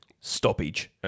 stoppage